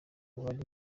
bari